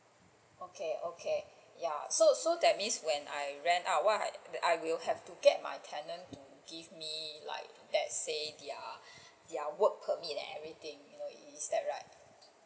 okay okay ya so so that means when I rent out what I I have to get my tenant to give me like let's say their their work permit and everything you know is that right